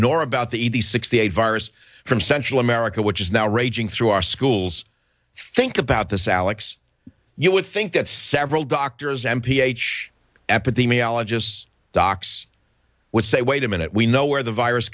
nor about the sixty eight virus from central america which is now raging through our schools think about this alex you would think that several doctors m p h epidemiologists docs would say wait a minute we know where the virus